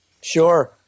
sure